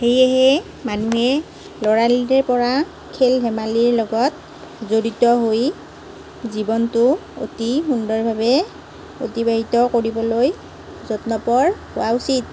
সেইয়েহে মানুহে ল'ৰালিৰে পৰা খেল ধেমালিৰ লগত জড়িত হৈ জীৱনটো অতি সুন্দৰভাৱে অতিবাহিত কৰিবলৈ যত্নপৰ হোৱা উচিত